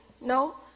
No